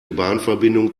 bahnverbindung